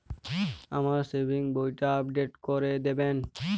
আমার সেভিংস বইটা আপডেট করে দেবেন?